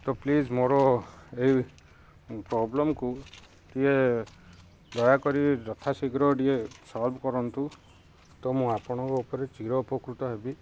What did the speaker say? ତ ପ୍ଲିଜ୍ ମୋର ଏଇ ପ୍ରବ୍ଲେମ୍କୁ ଟିକେ ଦୟାକରି ଯଥାଶୀଘ୍ର ଟିକଏ ସଲ୍ଭ୍ କରନ୍ତୁ ତ ମୁଁ ଆପଣଙ୍କ ଉପରେ ଚିର ଉପକୃତ ହେବି